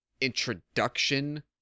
introduction